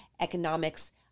economics